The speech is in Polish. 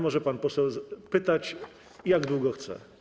Może pan poseł pytać tak długo, jak chce.